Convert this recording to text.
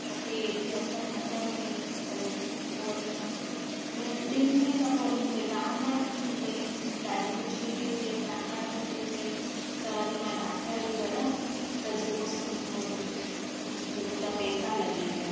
मूंखे एॾी असर न कयो अथई तरी पोइ वरी मां ॿिनि ॿिनि ॾींहनि खां पोइ वरी मूंखे दाण दाण बि थी पई ॾाढी खुजली थी थिए दाण दाण बि पए थे त वरी मां डॉक्टर ॾिए वियमि त जेको सिम को हुते मुंहिंजा पैसा लॻी विया